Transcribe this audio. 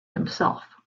himself